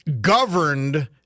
governed